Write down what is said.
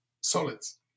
solids